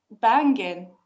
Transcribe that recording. banging